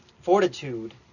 fortitude